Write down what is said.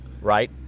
right